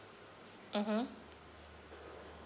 mmhmm